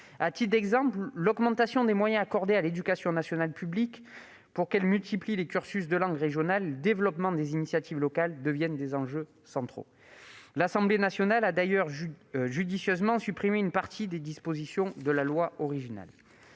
À titre d'exemple, l'augmentation des moyens accordés à l'éducation nationale publique pour qu'elle multiplie les cursus de langues régionales et le développement des initiatives locales devient un enjeu central. L'Assemblée nationale a judicieusement supprimé une partie des dispositions de la proposition de